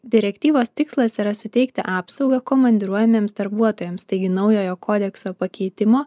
direktyvos tikslas yra suteikti apsaugą komandiruojamiems darbuotojams taigi naujojo kodekso pakeitimo